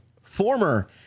former